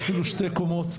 אפילו שתי קומות.